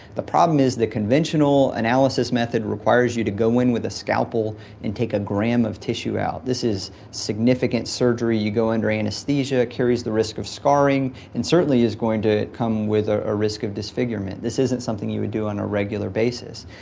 the problem is the conventional analysis method requires you to go in with a scalpel and take a gram of tissue out. this is significant surgery, you go under anaesthesia, it carries the risk of scarring, and certainly is going to come with a a risk of disfigurement. this isn't something you would do on a regular basis.